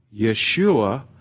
Yeshua